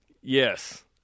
Yes